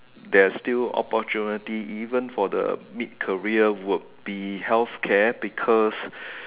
there's still opportunity even for the mid career would be healthcare because